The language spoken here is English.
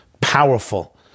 powerful